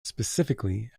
specifically